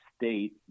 state